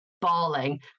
bawling